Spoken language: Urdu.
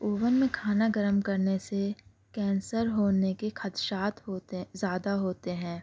اوون میں کھانا گرم کرنے سے کینسر ہونے کے خدشات ہوتے زیادہ ہوتے ہیں